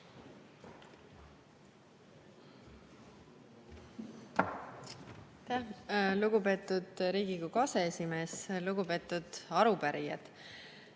lugupeetud Riigikogu aseesimees! Lugupeetud arupärijad!